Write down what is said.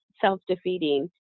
self-defeating